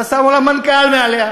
אבל שמו לה מנכ"ל מעליה